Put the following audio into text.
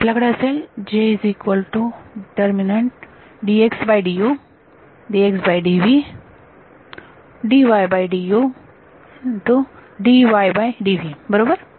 तर आपल्याकडे असेल बरोबर